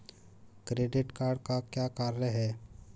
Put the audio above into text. Credit card का क्या कार्य है?